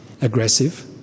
aggressive